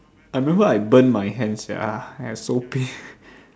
I remember I burn my hand sia !aiya! so pain